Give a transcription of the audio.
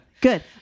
good